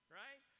right